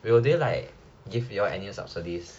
will they like give you all any subsidies